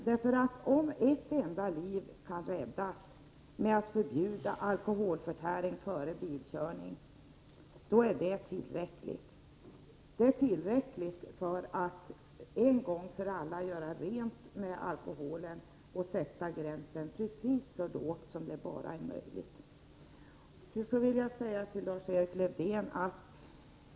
Om bara ett enda liv kan räddas genom ett förbud mot alkoholförtäring före bilkörning är det tillräckligt för att en gång för alla så att säga göra upp med alkoholen och sätta gränsen så lågt som möjligt. Till sist, Lars-Erik Lövdén!